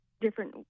different